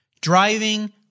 driving